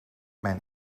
mijn